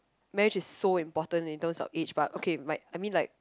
marriage is so important in terms of age but okay might I mean like